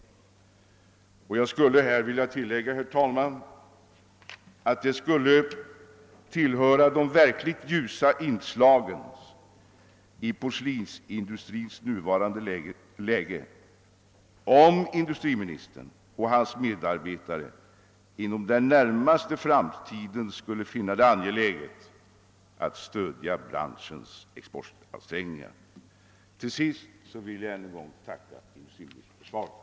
Jag vill tillägga att det skulle höra till de verkligt ljusa inslagen i porslinsindustrins nuvarande läge om industriministern och hans medarbetare inom den närmaste framtiden funne det angeläget att stödja branschens exportansträngningar. Slutligen tackar jag än en gång industriministern för svaret.